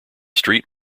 street